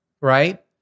right